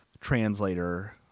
translator